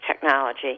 technology